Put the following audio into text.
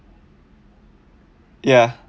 ya